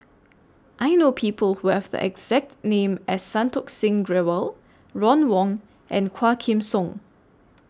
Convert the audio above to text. I know People Who Have The exact name as Santokh Singh Grewal Ron Wong and Quah Kim Song